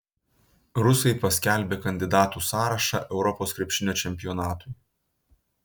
rusai paskelbė kandidatų sąrašą europos krepšinio čempionatui